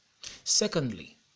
Secondly